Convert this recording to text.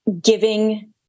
giving